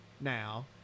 now